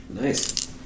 Nice